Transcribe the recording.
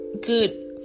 good